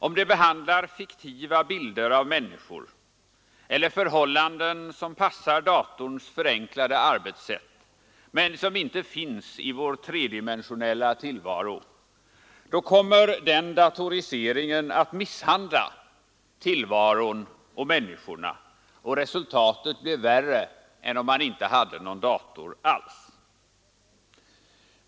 Om det behandlar fiktiva bilder av människor eller förhållanden som passar datorns förenklade arbetssätt men som inte finns i vår tredimensionella tillvaro, då kommer den datoriseringen att misshandla tillvaron och människorna, och resultatet blir värre än om man inte hade någon dator alls.